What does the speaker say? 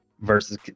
versus